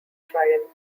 trial